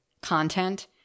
content